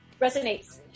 resonates